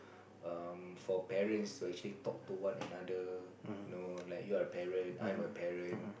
um for parents to actually talk to one another you know like are a parent I'm a parent